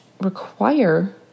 require